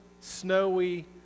snowy